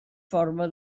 forma